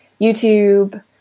YouTube